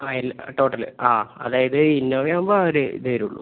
ആ ഇല്ല ടോട്ടൽ ആ അതായത് ഇന്നോവ ആവുമ്പം അവർ ഇത് തരുള്ളൂ